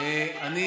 איך קשור לתקצוב,